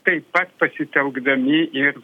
taip pat pasitelkdami ir